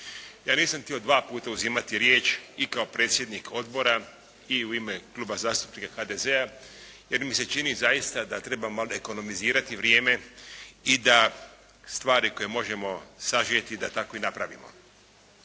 Ja nisam htio dva puta uzimati riječ i kao predsjednik odbora i u ime Kluba zastupnika HDZ-a jer mi se čini zaista da trebamo malo ekonomizirati vrijeme i da stvari koje možemo sažeti da tako i napravimo.